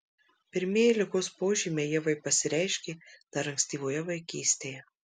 pirmieji ligos požymiai ievai pasireiškė dar ankstyvoje vaikystėje